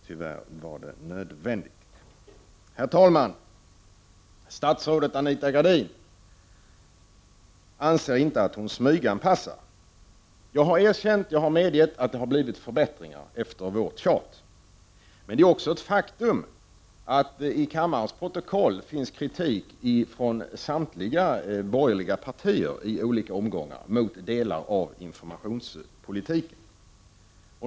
Tyvärr var det nödvändigt. Herr talman! Statsrådet Anita Gradin anser inte att hon smyganpassar. Jag har medgett att det har blivit förbättringar efter vårt tjat. Men det är också ett faktum att det i kammarens protokoll finns kritik från samtliga borgerliga partier i olika omgångar mot delar av informationspolitiken.